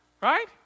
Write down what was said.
Right